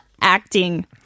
acting